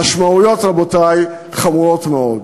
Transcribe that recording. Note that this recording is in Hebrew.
המשמעויות, רבותי, חמורות מאוד.